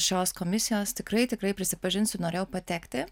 šios komisijos tikrai tikrai prisipažinsiu norėjau patekti